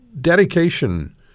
dedication